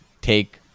take